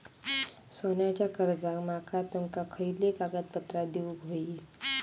सोन्याच्या कर्जाक माका तुमका खयली कागदपत्रा देऊक व्हयी?